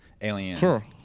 aliens